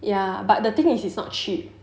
ya but the thing is it's not cheap